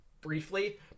briefly